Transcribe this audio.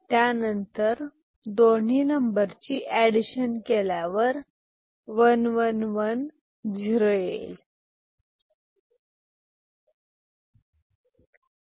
त्यानंतर दोन्ही नंबरची एडिशन केल्यावर 1110 येईल